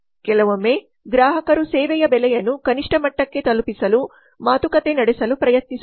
ಕೆಲವೊಮ್ಮೆ ಗ್ರಾಹಕರು ಸೇವೆಯ ಬೆಲೆಯನ್ನು ಕನಿಷ್ಠ ಮಟ್ಟಕ್ಕೆ ತಲುಪಿಸಲು ಮಾತುಕತೆ ನಡೆಸಲು ಪ್ರಯತ್ನಿಸುತ್ತಾರೆ